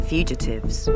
Fugitives